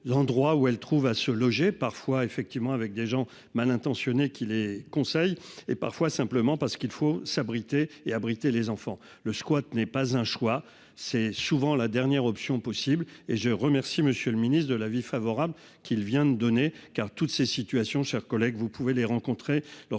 l'endroit où elle trouve à se loger, parfois effectivement avec des gens mal intentionnés qui les conseillent et parfois simplement parce qu'il faut s'abriter et abrité les enfants le squat n'est pas un choix, c'est souvent la dernière option possible et je remercie Monsieur le Ministre, de l'avis favorable qu'il vient de donner car toutes ces situations chers collègues vous pouvez les rencontrer